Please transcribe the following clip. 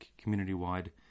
community-wide